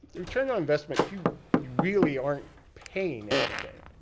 return on investment, you really aren't paying anything.